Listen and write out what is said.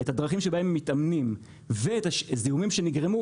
את הדרכים שבהן הם מתאמנים ואת הזיהומים שנגרמו